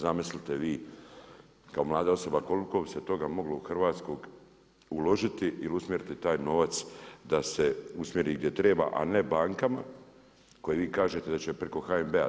Zamislite vi kao mlada osoba koliko bi se toga moglo u Hrvatskoj uložiti ili usmjeriti taj novac da se usmjeri gdje treba, a ne bankama koje vi kažete da će preko HNB-a.